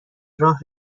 راه